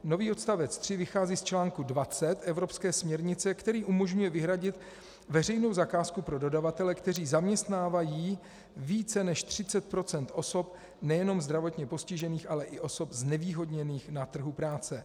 Nový odstavec 3 vychází z článku 20 evropské směrnice, který umožňuje vyhradit veřejnou zakázku pro dodavatele, kteří zaměstnávají více než 30 % osob nejenom zdravotně postižených, ale i osob znevýhodněných na trhu práce.